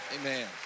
Amen